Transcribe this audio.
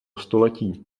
století